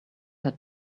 had